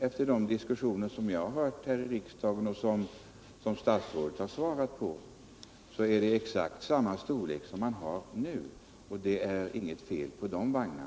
Enligt de diskussioner jag har hört här i riksdagen då statsrådet har svarat på frågor är vagnarnas storlek exakt densamma som tidigare. Det är alltså inget fel på dessa vagnar.